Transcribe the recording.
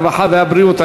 הרווחה והבריאות,